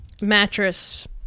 mattress